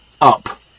up